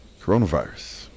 Coronavirus